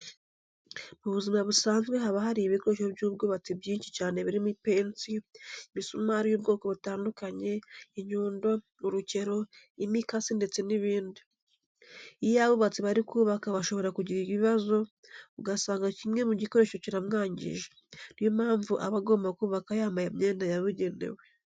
Mu buzima busanzwe haba hari ibikoresho by'ubwubatsi byinshi cyane birimo ipensi, imisumari y'ubwoko butandukanye, inyundo, urukero, imikasi ndetse n'ibindi. Iyo abubatsi bari kubaka bashobora kugira ikibazo ugasanga kimwe mu bikoresho kiramwangije, ni yo mpamvu aba agomba kubaka yambaye imyenda yabugenewe.